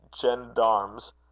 gendarmes